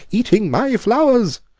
eating my flowers,